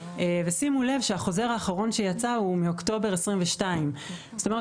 שימו לב שהחוזר האחרון שיצא הוא מאוקטובר 2022. זאת אומרת,